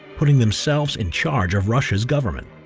putting themselves in charge of russia's government.